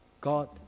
God